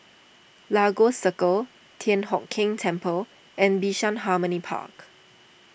Lagos Circle Thian Hock Keng Temple and Bishan Harmony Park